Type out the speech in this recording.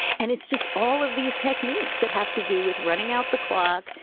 and it's just all of these techniques that have to do with running out the clock,